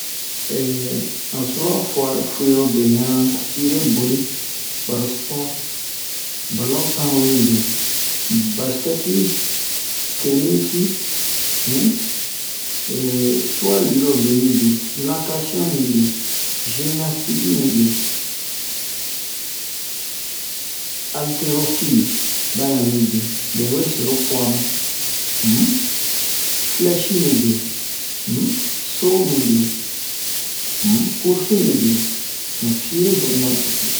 han sura fuwa fuwerobe ɲan sire boni ɓaro sport balon tannu mibin bastɛki tenisi um juwa luyirobe mibin natasiyon mibin zimenastiki mibin aleterofile ba ɲan mibin ɓɛ we se ho puwa mu um filɛshi mibin um so mibin um curusi mibin mu sire boni matete